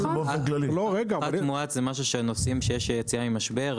פחת מואץ זה משהו שעושים כשיש יציאה ממשבר.